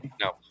no